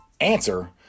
answer